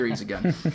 again